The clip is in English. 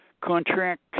contract